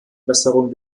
besserung